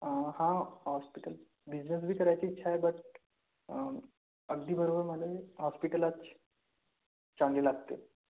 हां hospital business बी करायची इच्छा आहे बट अगदी बरोबर माले हॉस्पिटलाच चांगले लागते